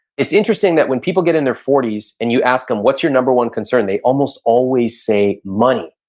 it's interesting that when people get in their forty s and you ask them, what's your number one concern? they almost always say, money.